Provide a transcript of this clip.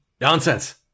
Nonsense